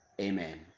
Amen